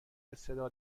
بصدا